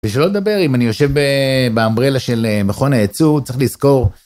בשביל לא לדבר אם אני יושב בumbrella של מכון הייצור צריך לזכור.